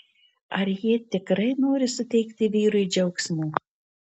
ar ji tikrai nori suteikti vyrui džiaugsmo